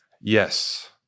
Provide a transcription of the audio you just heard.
Yes